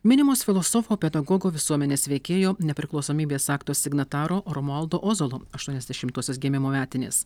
minimos filosofo pedagogo visuomenės veikėjo nepriklausomybės akto signataro romualdo ozolo aštuoniasdešimtosios gimimo metinės